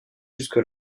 jusque